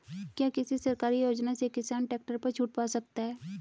क्या किसी सरकारी योजना से किसान ट्रैक्टर पर छूट पा सकता है?